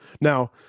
Now